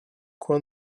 coin